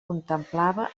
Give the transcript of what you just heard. contemplava